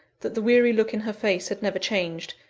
that the weary look in her face had never changed,